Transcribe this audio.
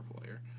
player